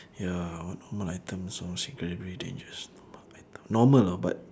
ya what normal item sounds incredibly dangerous normal item normal you know but